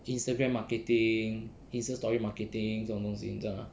Instagram marketing insta story marketing 这种东西你知道吗